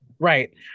Right